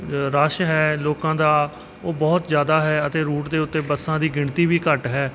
rush ਹੈ ਲੋਕਾਂ ਦਾ ਉਹ ਬਹੁਤ ਜ਼ਿਆਦਾ ਹੈ ਅਤੇ ਰੂਟ ਦੇ ਉੱਤੇ ਬੱਸਾਂ ਦੀ ਗਿਣਤੀ ਵੀ ਘੱਟ ਹੈ